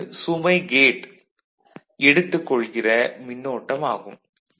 இது ஒரு சுமை கேட் எடுத்துக் கொள்கிற மின்னோட்டம் ஆகும்